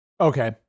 Okay